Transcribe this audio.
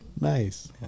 nice